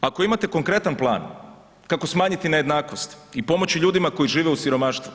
Ako imate konkretan plan, kako smanjiti nejednakosti i pomoći ljudima koji žive u siromaštvu?